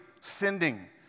sending